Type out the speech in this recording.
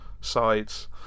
sides